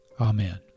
Amen